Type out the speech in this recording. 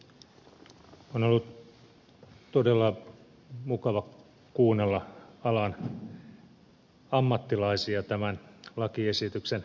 on ollut todella mukava kuunnella alan ammattilaisia tämän lakiesityksen pohjalta